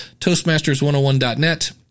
Toastmasters101.net